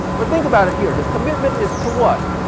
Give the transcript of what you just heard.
but think about it here his commitment is to what?